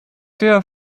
der